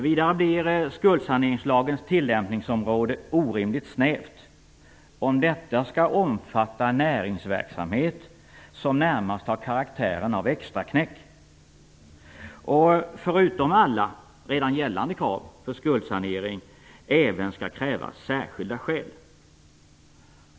Vidare blir skuldsaneringslagens tillämpningsområde orimligt snävt om detta skall omfatta näringsverksamhet som närmast har karaktären av extraknäck och om det förutom alla redan gällande krav för skuldsanering även skall krävas särskilda skäl.